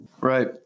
Right